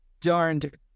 darned